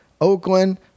Oakland